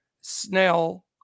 Snell